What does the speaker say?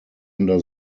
under